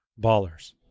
BALLERS